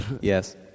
Yes